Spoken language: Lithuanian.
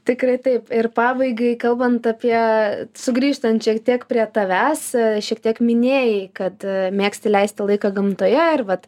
tikrai taip ir pabaigai kalbant apie sugrįžtant šiek tiek prie tavęs šiek tiek minėjai kad mėgsti leisti laiką gamtoje ir vat